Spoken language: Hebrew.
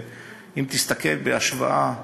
ואם תסתכל בהשוואה